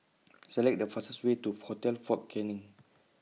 Select The fastest Way to Hotel Fort Canning